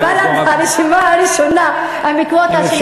אז בל"ד הרשימה הראשונה עם קווטה של שליש.